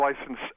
license